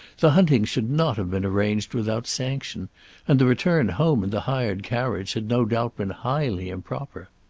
the hunting should not have been arranged without sanction and the return home in the hired carriage had no doubt been highly improper.